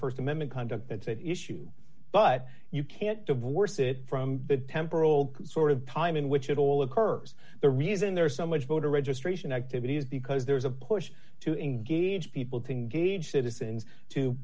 st amendment conduct that's at issue but you can't divorce it from the temporal sort of time in which it all occurs the reason there is so much voter registration activities because there's a push to engage people to engage citizens to